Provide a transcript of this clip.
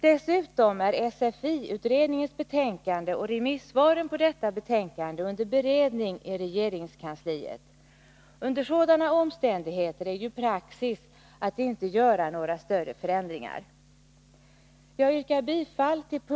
Dessutom är SFI-utredningens betänkande och remissvaren på detta under beredning i regeringskansliet. Under sådana omständigheter är det ju praxis att inte göra några större förändringar.